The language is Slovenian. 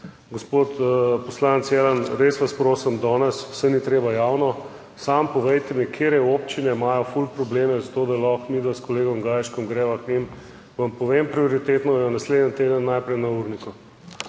Gospod poslanec Jelen, res vas prosim danes, saj ni treba javno, samo povejte mi, katere občine imajo ful probleme za to, da lahko midva s kolegom Gajškom greva k njim. Vam povem prioritetno, naslednji teden najprej na urniku.